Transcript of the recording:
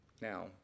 Now